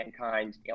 mankind